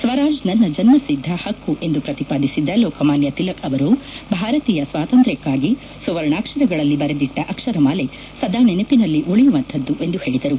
ಸ್ವರಾಜ್ ನನ್ನ ಜನ್ಮ ಸಿದ್ದ ಹಕ್ಕು ಎಂದು ಪ್ರತಿಪಾದಿಸಿದ್ದ ಲೋಕಮಾನ್ಯ ತಿಲಕ್ ಅವರು ಭಾರತೀಯ ಸ್ವಾತಂತ್ರಕ್ಲಾಗಿ ಸುವರ್ಣಾಕ್ಷರಗಳಲ್ಲಿ ಬರೆದಿಟ್ಲ ಅಕ್ಷರ ಮಾಲೆ ಸದಾ ನೆನಪಿನಲ್ಲಿ ಉಳಿಯುವಂತದ್ದು ಎಂದು ಹೇಳಿದರು